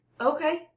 Okay